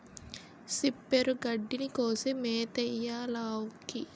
సిప్పరు గడ్డిని కోసి మేతెయ్యాలావుకి